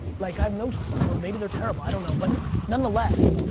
like i um know, so or maybe they're terrible, i don't know, but nonetheless,